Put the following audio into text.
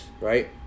right